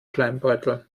schleimbeutel